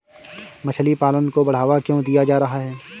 मछली पालन को बढ़ावा क्यों दिया जा रहा है?